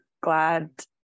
glad